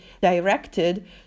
directed